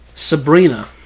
Sabrina